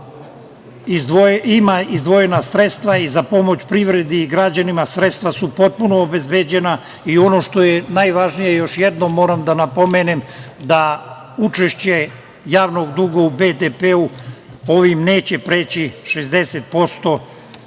ima izdvojena sredstva i za pomoć privredi i građanima, sredstva su potpuno obezbeđena i ono što je najvažnije, još jednom moram da napomenem, da učešće javnog duga u BDP ovim neće preći 60%,